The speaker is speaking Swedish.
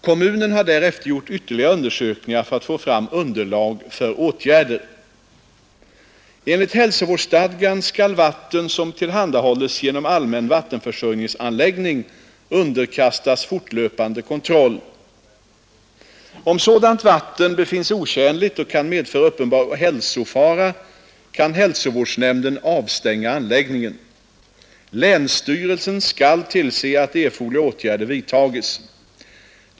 Kommunen har därefter gjort ytterligare undersökningar för att få fram underlag för åtgärder. Enligt hälsovårdsstadgan skall vatten som tillhandahålles genom allmän vattenförsörjningsanläggning underkastas fortlöpande kontroll. Om sådant vatten befinnes otjänligt och kan medföra uppenbar hälsofara kan hälsovårdsnämnden avstänga anläggningen. Länsstyrelsen skall tillse att erforderliga åtgärder vidtages.